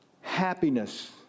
happiness